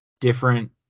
different